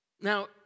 Now